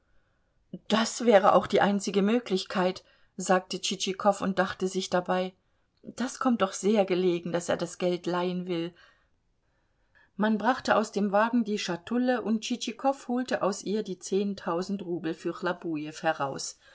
das wäre auch die einzige möglichkeit sagte tschitschikow und dachte sich dabei das kommt doch sehr gelegen daß er das geld leihen will man brachte aus dem wagen die schatulle und tschitschikow holte aus ihr die zehntausend rubel für chlobujew heraus